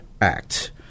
Act